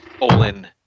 Olin